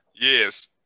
Yes